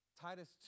Titus